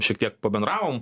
šiek tiek pabendravom